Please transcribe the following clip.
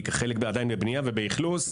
כי חלקן עדיין בבנייה ובאכלוס,